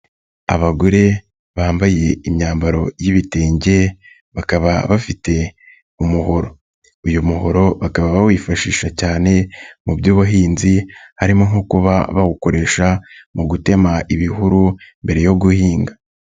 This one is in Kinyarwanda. Abagore bambaye imyambaro y'ibitenge, bakaba bafite umuhoro. Uyu muhoro bakaba bawifashisha cyane mu by'ubuhinzi, harimo nko kuba bawukoresha mu gutema ibihuru mbere yo guhinga.